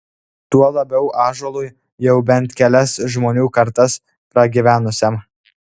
tuo labiau ąžuolui jau bent kelias žmonių kartas pragyvenusiam